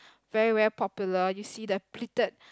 very very popular you see the pleated